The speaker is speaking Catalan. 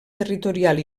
territorial